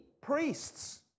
priests